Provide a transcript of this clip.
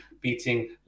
beating